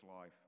life